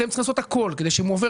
אתם צריכים לעשות הכול כדי שאם הוא עובר